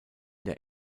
der